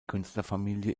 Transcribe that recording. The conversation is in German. künstlerfamilie